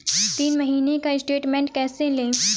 तीन महीने का स्टेटमेंट कैसे लें?